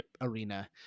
arena